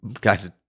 guys